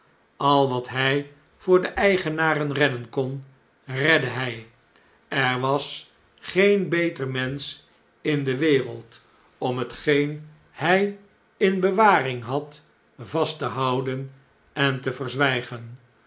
al wat hy voor de eigenaren redden kon redde hjj er was geen beter mensch in de wereld om hetgeen hjj in bewaring had vast te houden en te verzwijgen